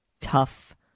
tough